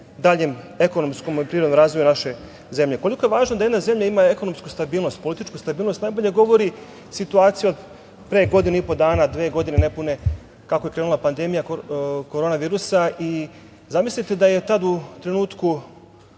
daljem ekonomskom i privrednom naše zemlje. Koliko je važno da jedna zemlja ima ekonomsku stabilnost, političku stabilnost, najbolje govori situacija od pre godinu i po dana, dve godine nepune kako je krenula pandemija korona virusa i zamislite da je tada u trenutku